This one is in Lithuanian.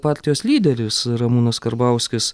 partijos lyderis ramūnas karbauskis